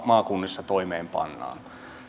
maakunnissa toimeenpannaan